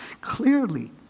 clearly